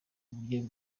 uburyohe